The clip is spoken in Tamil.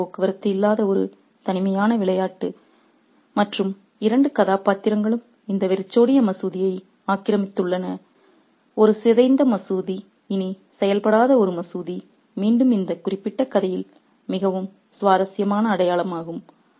மக்கள் போக்குவரத்து இல்லாத ஒரு தனிமையான விளையாட்டு மற்றும் இரண்டு கதாபாத்திரங்களும் இந்த வெறிச்சோடிய மசூதியை ஆக்கிரமித்துள்ளன ஒரு சிதைந்த மசூதி இனி செயல்படாத ஒரு மசூதி மீண்டும் இந்த குறிப்பிட்ட கதையில் மிகவும் சுவாரஸ்யமான அடையாளமாகும்